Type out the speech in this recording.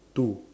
two